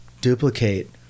duplicate